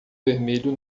vermelho